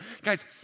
Guys